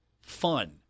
fun